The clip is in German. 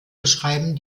beschreiben